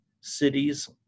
cities